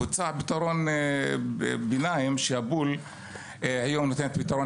הוצע פתרון ביניים שהפול היום נותן פתרון